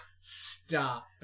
stop